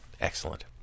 Excellent